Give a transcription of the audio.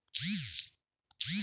गहू पेरणीसाठी कोणते यंत्र वापरावे?